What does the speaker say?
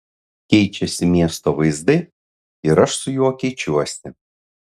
keičiasi miesto vaizdai ir aš su juo keičiuosi